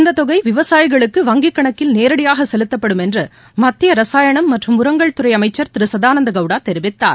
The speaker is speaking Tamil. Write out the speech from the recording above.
இந்தத் தொகை விவசாயிகளுக்கு வங்கிக்கணக்கில் நேரடியாக செலுத்தப்படும் என்று மத்திய ரசாயன மற்றும் உரங்கள் துறை அமைச்சர் திரு கதானந்த கவுடா தெரிவித்தார்